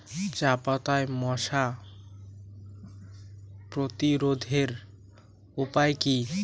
চাপাতায় মশা প্রতিরোধের উপায় কি?